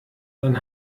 dann